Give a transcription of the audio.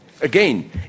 again